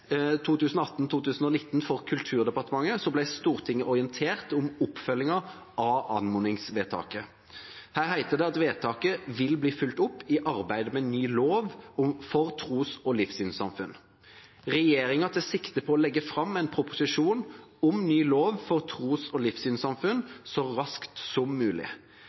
Kulturdepartementet ble Stortinget orientert om oppfølgingen av anmodningsvedtaket. Her heter det: «Vedtaket vil bli fulgt opp i arbeidet med ny lov for tros- og livssynssamfunn.» Regjeringen tar sikte på å legge fram en proposisjon om ny lov om tros- og livssynssamfunn så raskt som mulig.